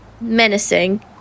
menacing